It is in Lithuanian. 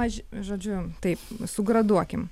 aš žodžiu taip sugraduokim